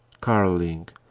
carolling.